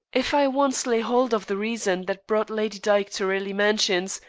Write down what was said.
if i once lay hold of the reason that brought lady dyke to raleigh mansions,